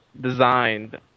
designed